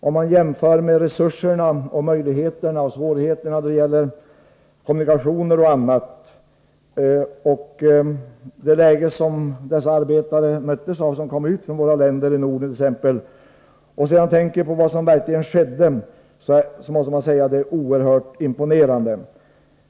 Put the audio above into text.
Om man tar i beaktande de resurser som stod till buds, de svårigheter när det gäller kommunikationer och annat som fanns och de förhållanden som mötte de arbetare som gav sig ut från våra länder i Norden, och sedan tänker på vad som verkligen uträttades, måste man säga att det är oerhört imponerande.